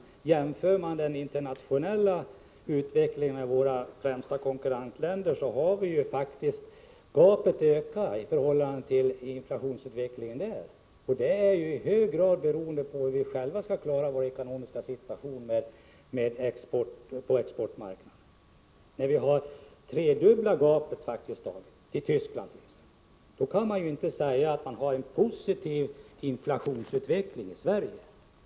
Men jämför man internationellt, med utvecklingen i våra främsta konkurrentländer, så finner man att gapet faktiskt ökar i förhållande till utvecklingen där. Och våra möjligheter att klara vår ekonomiska situation är ju i hög grad beroende av exportmarknaden. När vi har ett praktiskt taget tredubbelt gap i förhållande till exempelvis Tyskland, hur kan man då säga att vi har en positiv inflationsutveckling i Sverige?